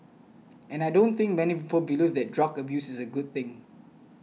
and I don't think many people believe that drug abuse is a good thing